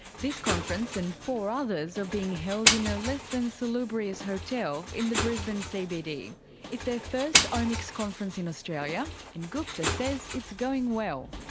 this conference and four others are being held in a less then salubrious hotel in the brisbane cbd. it's their first omics conference in australia, and gupta says it's going well.